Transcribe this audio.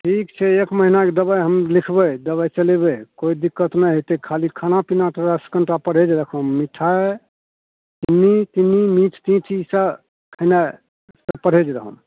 ठीक छै एक महिनाके दवाइ हम लिखबै दवाइ चलेबै कोइ दिक्कत नहि हेतै खाली खाना पिना थोड़ा कनिटा परहेज राखब मिठाइ चिन्नी तिन्नी मीठ तीठ ईसब खेनाए परहेज रहब